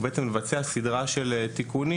מבצע הסדרה של תיקונים.